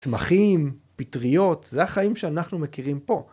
צמחים, פטריות, זה החיים שאנחנו מכירים פה.